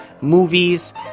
movies